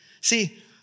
See